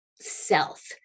self